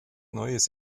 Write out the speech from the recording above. neues